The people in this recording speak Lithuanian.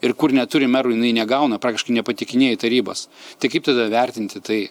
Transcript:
ir kur neturi merų jinai negauna praktiškai nepatekinėja į tarybas tai kaip tada vertinti tai